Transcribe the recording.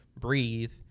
breathe